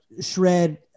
shred